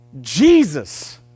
Jesus